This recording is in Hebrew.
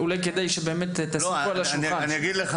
אולי כדאי שתשים פה את הדברים על